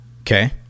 Okay